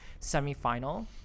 semifinal